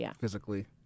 physically